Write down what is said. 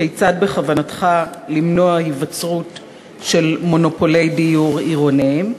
כיצד בכוונתך למנוע היווצרות של מונופולי דיור עירוניים?